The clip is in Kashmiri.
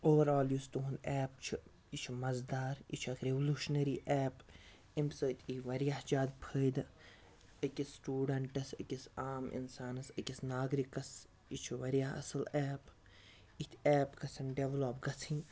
اوٚوَرآل یُس تُہُںٛد ایپ چھُ یہِ چھُ مَزٕدار یہِ چھُ اَتھ رٮ۪ولوٗشنٔری ایپ اَمہِ سۭتۍ یِیہِ واریاہ جادٕ فٲیِدٕ أکِس سٹوٗڈںٛٹَس أکِس عام اِنسانَس أکِس ناگرِکَس یہِ چھُ واریاہ اَصٕل ایپ یِتھ ایپ گژھن ڈٮ۪ولَپ گژھٕنۍ